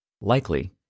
Likely